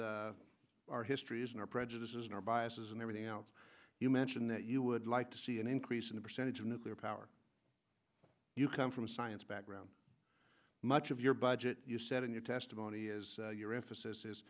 our histories and our prejudices and our biases and everything else you mention that you would like to see an increase in the percentage of nuclear power you come from a science background much of your budget you said in your testimony is your emphasis is